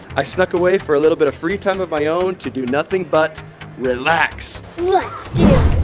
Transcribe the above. i snuck away for a little bit of free time of my own to do nothing but relax. let's do